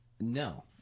No